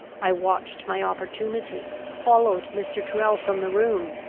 i watched my opportunity, followed mr. tyrrel from the rooms,